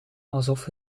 alsof